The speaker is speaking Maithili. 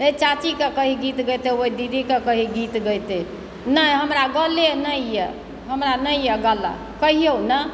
ओहि चाचीके कही गीत गइतय ओहि दीदीके कही गीत गइतय नहि हमरा गले नहि यऽ हमरा नहि यऽ गाला कहिऔ न